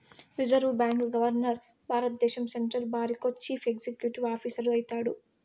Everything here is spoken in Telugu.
రిజర్వు బాంకీ గవర్మర్ భారద్దేశం సెంట్రల్ బారికో చీఫ్ ఎక్సిక్యూటివ్ ఆఫీసరు అయితాడు